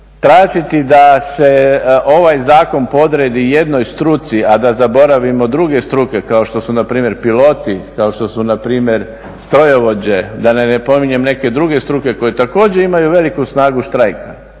tražiti da se ovaj zakon podredi jednoj struci, a da zaboravimo druge struke kao što su npr. piloti, kao što su npr. strojovođe da ne pominjem neke druge struke koje također imaju veliku snagu štrajka.